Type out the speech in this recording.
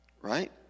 Right